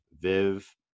Viv